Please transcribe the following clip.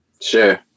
Sure